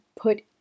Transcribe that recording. put